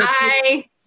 Bye